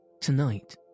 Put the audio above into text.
Tonight